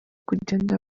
kugenda